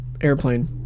Airplane